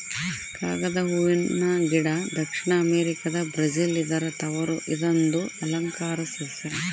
ಕಾಗದ ಹೂವನ ಗಿಡ ದಕ್ಷಿಣ ಅಮೆರಿಕಾದ ಬ್ರೆಜಿಲ್ ಇದರ ತವರು ಇದೊಂದು ಅಲಂಕಾರ ಸಸ್ಯ